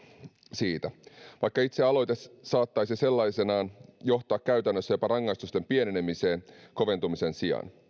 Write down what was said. siitä vaikka itse aloite saattaisi sellaisenaan johtaa käytännössä jopa rangaistusten pienenemiseen koventumisen sijaan